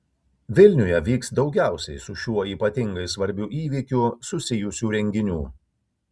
vilniuje vyks daugiausiai su šiuo ypatingai svarbiu įvykiu susijusių renginių